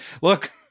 look